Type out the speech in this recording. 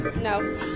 No